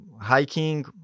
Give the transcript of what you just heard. hiking